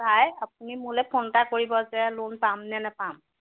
চাই আপুনি মোলৈ ফোন এটা কৰিব যে লোন পামনে নেপাম